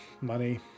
money